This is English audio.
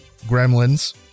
Gremlins